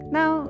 Now